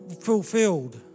fulfilled